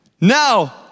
Now